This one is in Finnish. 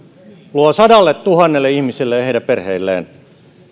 luo sadalletuhannelle ihmiselle ja heidän perheilleen